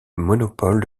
monopole